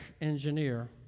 engineer